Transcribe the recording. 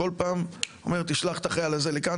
כל פעם אומר "תשלח את החייל הזה לכאן,